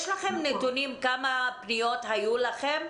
יש לכם נתונים כמה פניות היו לכם?